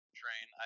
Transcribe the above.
train